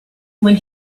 when